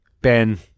Ben